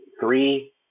Three